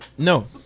No